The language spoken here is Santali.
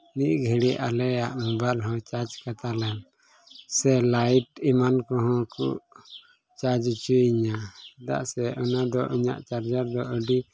ᱢᱤᱫ ᱜᱷᱟᱹᱲᱤᱡ ᱟᱞᱮᱭᱟᱜ ᱢᱳᱵᱟᱭᱤᱞ ᱦᱚᱸ ᱪᱟᱨᱡᱽ ᱠᱟᱛᱟᱞᱮᱢ ᱥᱮ ᱞᱟᱭᱤᱴ ᱮᱢᱟᱱ ᱠᱚᱦᱚᱸ ᱠᱚ ᱪᱟᱨᱡᱽ ᱦᱚᱪᱚᱣᱟᱹᱧᱟ ᱪᱮᱫᱟᱜ ᱥᱮ ᱚᱱᱟᱫᱚ ᱤᱧᱟᱹᱜ ᱪᱟᱨᱡᱟᱨ ᱫᱚ ᱟᱹᱰᱤ